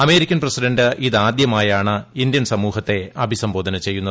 American president ഇതാദ്യമായാണ് Indian ് സമൂഹത്തെ അഭിസംബോധന ചെയ്യുന്നത്